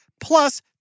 plus